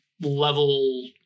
level